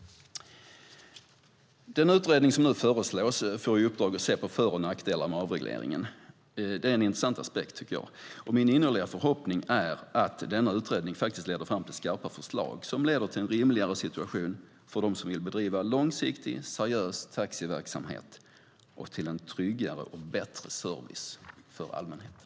Den utredning som nu föreslås får i uppdrag att se på för och nackdelar med avregleringen. Jag tycker att det är en intressant aspekt. Det är min innerliga förhoppning att denna utredning leder fram till skarpa förslag som leder till en rimligare situation för dem som vill bedriva långsiktig och seriös taxiverksamhet och till en tryggare och bättre service för allmänheten.